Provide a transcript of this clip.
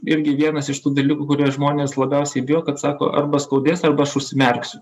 irgi vienas iš tų dalykų kurie žmonės labiausiai bijo kad sako arba skaudės arba aš užsimerksiu